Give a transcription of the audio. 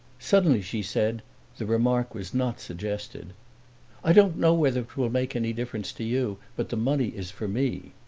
suddenly she said the remark was not suggested i don't know whether it will make any difference to you, but the money is for me.